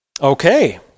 Okay